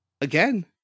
Again